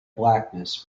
blackness